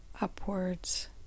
upwards